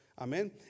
amen